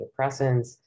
antidepressants